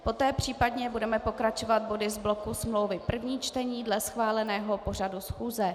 Poté případně budeme pokračovat body z bloku smlouvy první čtení dle schváleného pořadu schůze.